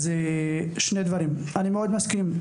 אז אני מאוד מסכים,